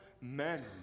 men